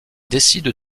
décident